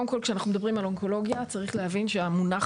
קודם כל כשאנחנו מדברים על אונקולוגיה צריך להבין שהמונח